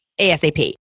ASAP